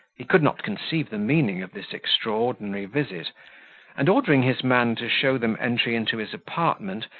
he could not conceive the meaning of this extraordinary visit and, ordering his man to show them enter into his apartment,